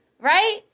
Right